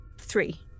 three